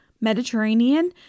Mediterranean